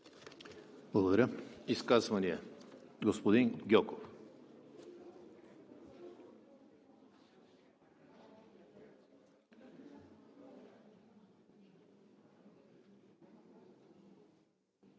Благодаря. Изказване – господин Адемов.